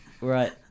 right